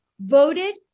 voted